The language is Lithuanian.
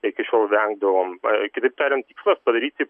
iki šiol vengdavom pa kitaip tariant tikslas padaryti